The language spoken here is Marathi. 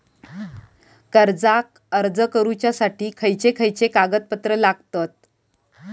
कर्जाक अर्ज करुच्यासाठी खयचे खयचे कागदपत्र लागतत